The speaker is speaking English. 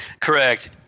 Correct